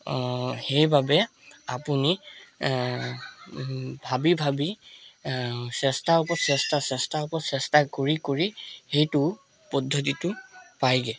সেইবাবে আপুনি ভাবি ভাবি চেষ্টা ওপৰত চেষ্টা ওপৰত চেষ্টা কৰি কৰি সেইটো পদ্ধতিটো পায়গৈ